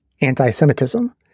anti-Semitism